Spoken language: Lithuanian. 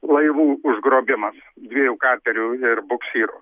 laivų užgrobimas dviejų katerių ir buksyro